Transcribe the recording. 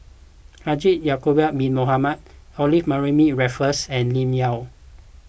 Haji Ya'Acob Bin Mohamed Olivia Mariamne Raffles and Lim Yau